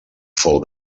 fou